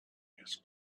his